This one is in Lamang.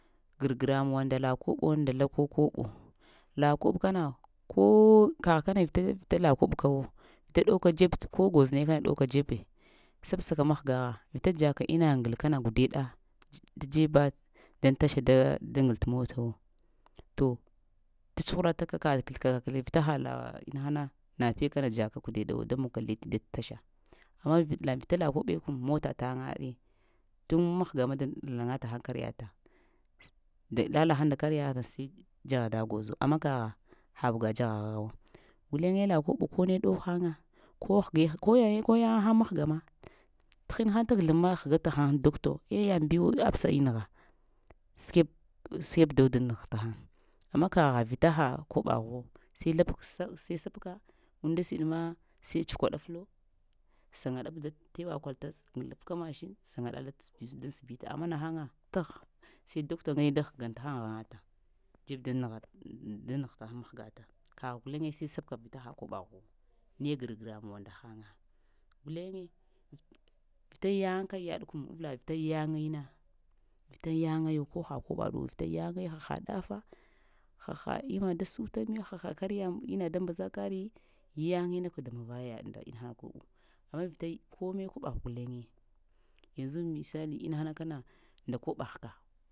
Gar-gramuwa nda la koɓo nda lakol koɓo la koɓ kana ko kagh kana vita-vita la koɓ kawo, vita dowk dzeb ko gwoz ne kana dowka dzebe sabsaka mahgagha, vita dzaka inna ggal kana gudeɗa tə dzeba daŋ tasha da-da gal tə mita wo to tətsuhurata ka, ka kəzlka kəlzlifta vita hala inahana napee kana dzaka kudeɗa wo da monka letti da tasha, amma vita vita la koɓe aŋ mota-taya ɗe tuŋ mahga ma laŋata həŋ kariyataŋ lalahən nda kariya dzagha da gwozo, amma kagha ha bəga dzaghaghuwo guleŋe la koɓo kone ɗow haŋa ko hege ko yaŋe-yaya həŋ mahgema tə hin haŋ tə ghəzləy ma həgapta həŋ dokto eh yayɓiwo apəsa i-nəgha, səkweb səkweb dakta da nəgh tahən, amma kagha vita ha koɓaghu sai labka s0sai sabka unnda siɗma sai tsukwadəflo saya ɗab təwa kwalta ŋglafka masin, saya dal daŋ səbita, amma nahaŋa təhəg sai dakta ŋgane da həganta həŋ aŋ ghanətaŋ dzeb da nagh-da nəgh təahan mahgataŋ, kagh gulene sai sabka vita ha kobəghu, nai gramuwa ndahaya, guleye vita yayaka yaɗ kam avla vita yaygina vita yayao ko ha koɓaɗuwo yayai haha ɗafa, haha imma da suta miyo, haha kariya inna da mbaza kari yaŋina kə damava yaɗ nda ina hako aŋ vita ya kome koɓagh guleŋe yanzu misali inahana kana nda koɓagh ka.